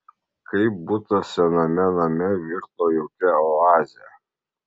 kaip butas sename name virto jaukia oaze